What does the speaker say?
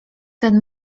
ten